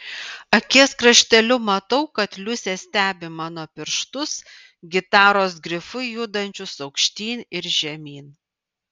akies krašteliu matau kad liusė stebi mano pirštus gitaros grifu judančius aukštyn ir žemyn